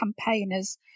campaigners